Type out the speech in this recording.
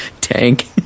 Tank